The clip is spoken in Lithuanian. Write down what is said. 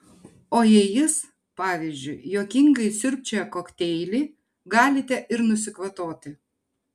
o jei jis pavyzdžiui juokingai sriubčioja kokteilį galite ir nusikvatoti